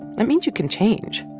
that means you can change